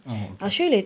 oh okay